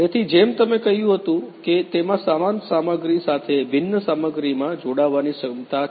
તેથી જેમ તમે કહ્યું હતું કે તેમાં સમાન સામગ્રી સાથે ભિન્ન સામગ્રીમાં જોડાવાની ક્ષમતા છે